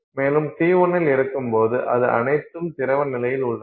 மேலும் T1 இல் இருக்கும்போது அது அனைத்தும் திரவ நிலையில் உள்ளது